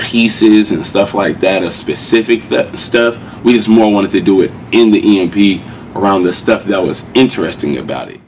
pieces and stuff like that a specific stuff was more wanted to do it in the peak around the stuff that was interesting about it